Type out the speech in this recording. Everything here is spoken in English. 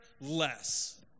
less